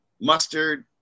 Mustard